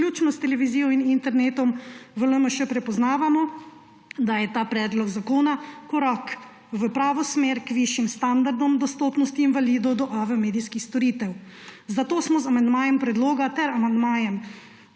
vključno s televizijo in internetom, v LMŠ prepoznavamo, da je ta predlog zakona korak v pravo smer k višjim standardom dostopnosti invalidov do AV medijskih storitev. Zato smo z amandmajem predloga ter amandmajem